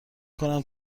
کنم